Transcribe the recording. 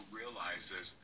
realizes